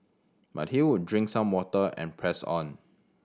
but he would drink some water and press on